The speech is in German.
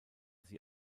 sie